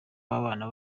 w’abana